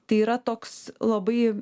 tai yra toks labai